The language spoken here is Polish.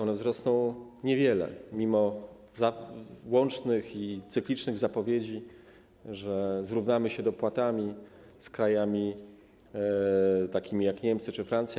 One wzrosną niewiele, mimo łącznych i cyklicznych zapowiedzi, że zrównamy się dopłatami z krajami takimi jak Niemcy czy Francja.